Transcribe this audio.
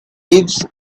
lives